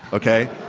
okay?